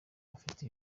bafite